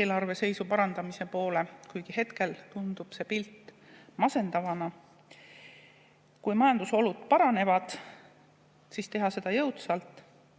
eelarveseisu parandamise nimel, kuigi hetkel tundub see pilt masendavana. Kui majandusolud paranevad, siis tuleks teha seda jõudsalt,